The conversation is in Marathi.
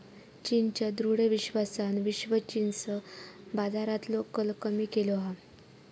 चीनच्या दृढ विश्वासान विश्व जींस बाजारातलो कल कमी केलो हा